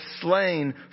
slain